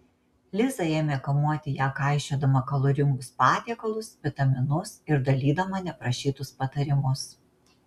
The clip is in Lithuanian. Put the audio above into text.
liza ėmė kamuoti ją kaišiodama kaloringus patiekalus vitaminus ir dalydama neprašytus patarimus